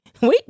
Wait